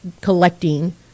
collecting